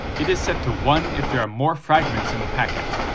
it is set to one if there are more fragments in the packet,